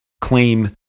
claim